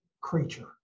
creature